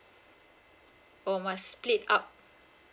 or must split up